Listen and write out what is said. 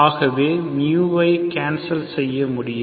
ஆகவே μ ஐ கேன்சல் செய்ய முடியும்